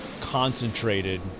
concentrated